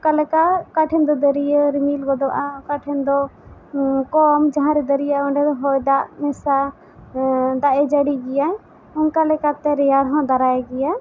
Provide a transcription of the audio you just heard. ᱚᱠᱟ ᱞᱮᱠᱟ ᱚᱠᱟ ᱴᱷᱮᱱ ᱫᱚ ᱫᱟᱹᱨᱤᱭᱟ ᱨᱤᱢᱤᱞ ᱜᱚᱫᱚᱜᱼᱟ ᱚᱠᱟ ᱴᱷᱮᱱ ᱫᱚ ᱠᱚᱢ ᱢᱟᱦᱟᱸ ᱨᱮ ᱫᱟᱹᱨᱤᱭᱟᱹᱜᱼᱟ ᱚᱸᱰᱮ ᱦᱚᱭ ᱫᱟᱜ ᱢᱮᱥᱟ ᱫᱟᱜ ᱮ ᱡᱟᱹᱲᱤ ᱜᱮᱭᱟ ᱚᱱᱠᱟ ᱞᱮᱠᱟᱛᱮ ᱨᱮᱭᱟᱲ ᱦᱚᱸ ᱫᱟᱨᱟᱭ ᱜᱮᱭᱟ